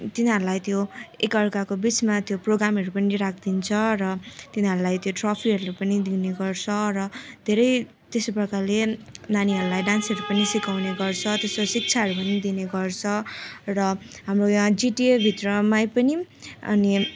तिनीहरूलाई त्यो एक अर्काको बिचमा त्यो प्रोग्रामहरू पनि राखिदिन्छ र तिनीहरूलाई त्यो ट्रफीहरू पनि दिने गर्छ र धेरै त्यस्तो प्रकारले नानीहरूलाई डान्सहरू पनि सिकाउने गर्छ त्यस्तो शिक्षाहरू पनि दिने गर्छ र हाम्रो यहाँ जिटिएभित्रमै पनि अनि